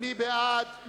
מי בעד?